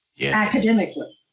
academically